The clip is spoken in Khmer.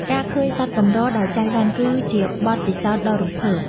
ការឃើញសត្វកម្រដោយចៃដន្យគឺជាបទពិសោធន៍ដ៏រំភើប។